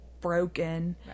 broken